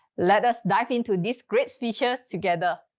let us dive into these great features together.